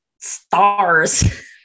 stars